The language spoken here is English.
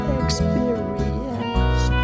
experience